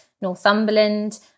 Northumberland